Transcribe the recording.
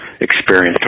experienced